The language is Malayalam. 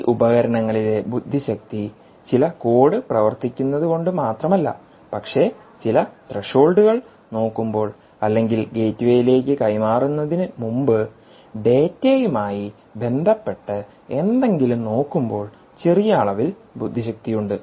ഈ ഉപകരണങ്ങളിലെ ബുദ്ധിശക്തി ചില കോഡ് പ്രവർത്തിക്കുന്നതുകൊണ്ട് മാത്രമല്ല പക്ഷേ ചില ത്രെഷോൾഡുകൾ നോക്കുമ്പോൾ അല്ലെങ്കിൽ ഗേറ്റ്വേയിലേക്ക് കൈമാറുന്നതിന് മുൻപ് ഡാറ്റയുമായി ബന്ധപ്പെട്ട് എന്തെങ്കിലും നോക്കുമ്പോൾ ചെറിയ അളവിൽ ബുദ്ധിശക്തിയുണ്ട്